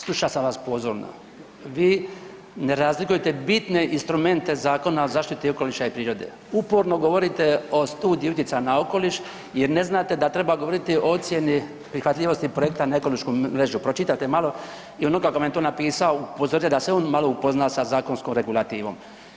Slušao sam vas pozorno, vi ne razlikujete bitne instrumente Zakona o zaštiti okoliša i prirode, uporno govorite o studiji utjecaja na okoliš jer ne znate da treba govoriti o ocjeni prihvatljivosti projekta na ekološku mrežu, pročitajte malo i onoga ko vam je to napisao upozorite da se on malo upozna sa zakonskom regulativom.